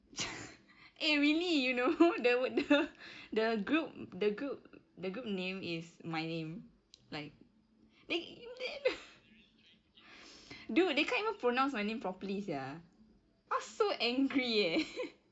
eh really you know the the the group the group the group name is my name like they they they dude they can't even pronounce my name properly sia !wah! so angry eh